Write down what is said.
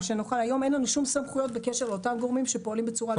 היום אין לנו שום סמכויות בקשר לאותם גורמים שפועלים בצורה כזאת.